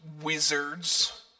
wizards